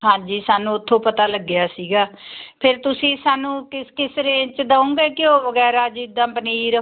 ਹਾਂਜੀ ਸਾਨੂੰ ਉੱਥੋਂ ਪਤਾ ਲੱਗਿਆ ਸੀਗਾ ਫਿਰ ਤੁਸੀਂ ਸਾਨੂੰ ਕਿਸ ਕਿਸ ਰੇਂਜ 'ਚ ਦਉਂਗੇ ਘਿਓ ਵਗੈਰਾ ਜਿੱਦਾਂ ਪਨੀਰ